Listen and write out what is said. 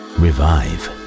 revive